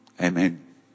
Amen